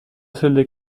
soldat